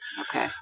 Okay